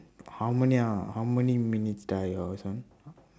how many ah how many minutes